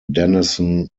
denison